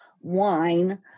wine